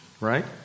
right